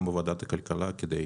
גם בוועדת הכלכלה כדי